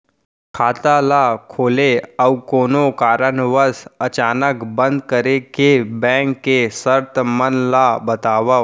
खाता ला खोले अऊ कोनो कारनवश अचानक बंद करे के, बैंक के शर्त मन ला बतावव